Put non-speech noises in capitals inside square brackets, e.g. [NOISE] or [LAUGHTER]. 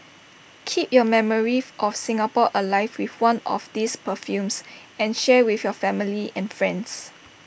keep your memory [NOISE] of Singapore alive with one of these perfumes and share with your family and friends